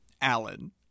Alan